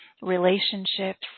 relationships